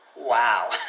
Wow